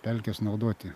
pelkes naudoti